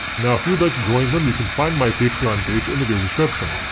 now if you would like to join them you can find my patreon page in the video description.